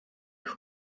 who